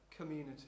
community